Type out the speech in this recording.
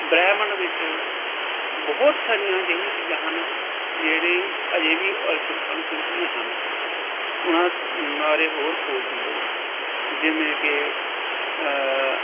ਬ੍ਰਹਿਮੰਡ ਵਿੱਚ ਬਹੁਤ ਸਾਰੀਆਂ ਅਜਿਹੀਆਂ ਚੀਜ਼ਾਂ ਹਨ ਜਿਹੜੀ ਅਜੇ ਵੀ ਅਨ ਸੁ ਅਣ ਸੁਲਝੀਆਂ ਹਨ ਉਹਨਾਂ ਬਾਰੇ ਹੋਰ ਖੋਜ ਦੀ ਲੋੜ ਹੈ ਜਿਵੇਂ ਕਿ